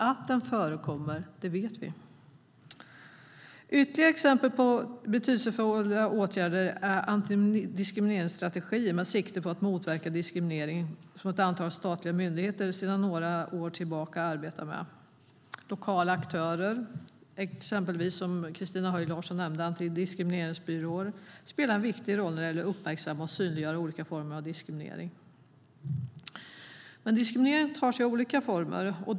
Att den förekommer vet vi. Diskriminering tar sig olika uttryck.